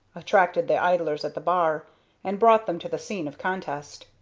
attracted the idlers at the bar and brought them to the scene of contest.